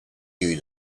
you